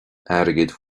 airgead